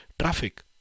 traffic